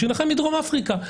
שינחם מדרום אפריקה.